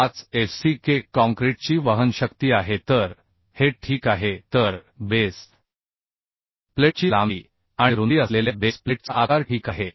45fck काँक्रीटची वहन शक्ती आहे तर हे ठीक आहे तर बेस प्लेटची लांबी आणि रुंदी असलेल्या बेस प्लेटचा आकार ठीक आहे